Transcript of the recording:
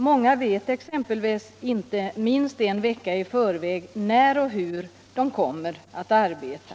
Många vet exempelvis inte minst en vecka i förväg när och hur de kommer att arbeta.